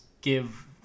give